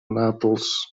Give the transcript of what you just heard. naples